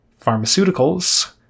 Pharmaceuticals